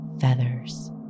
feathers